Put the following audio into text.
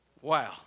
wow